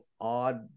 odd